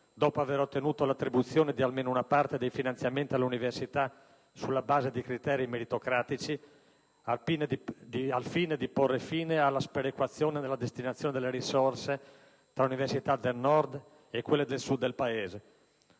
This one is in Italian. dopo aver ottenuto l'attribuzione di almeno una parte dei finanziamenti alle università sulla base di criteri meritocratici onde porre fine alle sperequazioni nella destinazione delle risorse tra università del Nord e quelle del Sud del Paese.